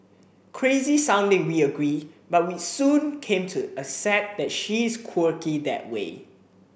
crazy sounding we agree but we soon came to accept that she is quirky that way